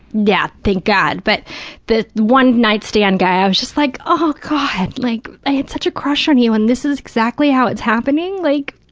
yeah, thank god, but the one-night-stand guy, i was just like, oh, god, like, i had such a crush on you and this is exactly how it's happening? like,